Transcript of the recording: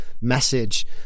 message